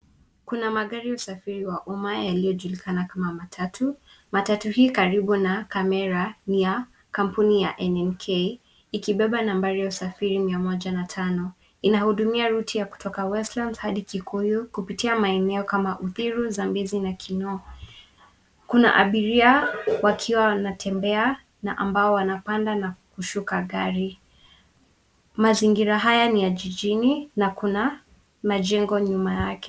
Kuna magari ya usafiri wa umma yaliyojulikana kama matatu. Matatu hii karibu na kamera ni ya kampuni ya NNK ikibeba nambari ya usafiri 105. Inahudumia route ya kutoka Westlands hadi Kikuyu kupitia maeneo kama Uthiru, Zambezi na Kinoo. Kuna abiria wakiwa wanatembea na ambao wanapanda na kushuka gari. Mazingira haya ni ya jijini na majengo nyuma yake.